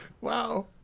Wow